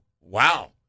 wow